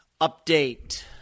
update